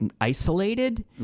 isolated